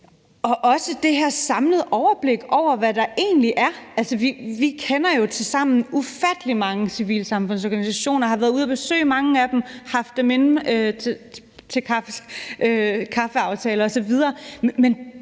sig om det her samlede overblik over, hvad der egentlig er. Vi kender jo tilsammen ufattelig mange civilsamfundsorganisationer, vi har været ude at besøge mange af dem, og vi har haft dem inde til kaffeaftaler osv.,